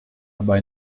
aber